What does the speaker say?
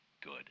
good